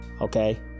Okay